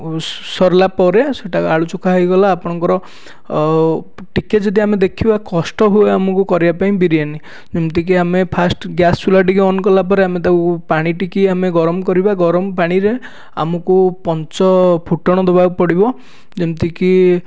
ଆଉ ସରିଲା ପରେ ସେଟା ଆଲୁଚୋଖା ହୋଇଗଲା ଆପଣଙ୍କର ଟିକେ ଯଦି ଆମେ ଦେଖିବା କଷ୍ଟ ହୁଏ ଆମକୁ କରିବା ପାଇଁ ବିରିୟାନି ଯେମିତିକି ଆମେ ଫାଷ୍ଟ ଗ୍ୟାସ୍ ଚୁଲାଟିକି ଅନ୍ କଲାପରେ ଆମେ ତାକୁ ପାଣିଟିକି ଆମେ ଗରମ କରିବା ଗରମ ପାଣିରେ ଆମକୁ ପଞ୍ଚଫୁଟଣ ଦେବାକୁ ପଡ଼ିବ ଯେମିତି କି